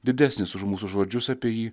didesnis už mūsų žodžius apie jį